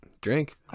Drink